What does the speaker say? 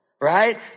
right